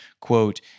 quote